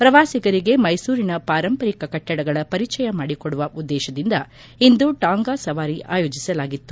ಪ್ರವಾಸಿಗರಿಗೆ ಮೈಸೂರಿನ ಪಾರಂಪರಿಕ ಕಟ್ಟಡಗಳ ಪರಿಚಯ ಮಾಡಿಕೊಡುವ ಉದ್ದೇತದಿಂದ ಇಂದು ಟಾಂಗಾ ಸವಾರಿ ಆಯೋಜಿಸಲಾಗಿತ್ತು